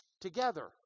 together